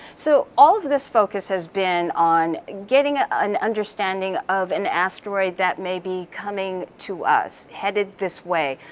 so all of this focus has been on getting ah an understanding of an asteroid that may be coming to us, headed this way.